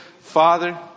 Father